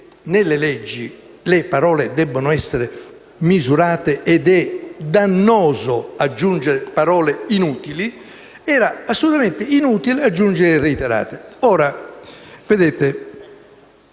nelle leggi le parole debbono essere misurate ed è dannoso aggiungerne inutili - era assolutamente inutile aggiungere la parola «reiterate».